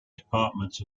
departments